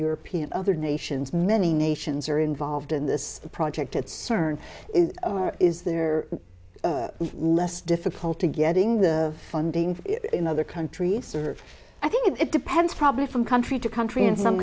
europeans other nations many nations are involved in this project at cern or is there less difficulty getting the funding in other countries or i think it depends probably from country to country and some